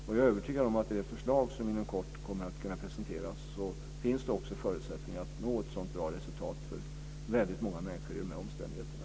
Jag är övertygad om att det i det förslag som inom kommer att kunna presenteras också finns förutsättningar att nå ett sådant bra resultat för väldigt många människor i de omständigheterna.